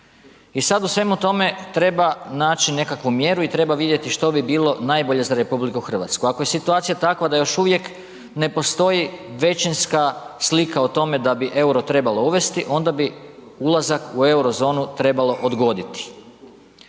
I sad u svemu tome treba naći nekakvu mjeru i treba vidjeti što bi bilo najbolje za RH, ako je situacija takva da još uvijek ne postoji većinska slika o tome da bi EUR-o trebalo uvesti onda bi ulazak u euro zonu trebalo odgoditi.